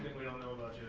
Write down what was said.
we don't know about yeah